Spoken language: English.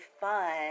fun